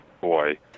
boy